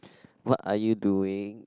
what are you doing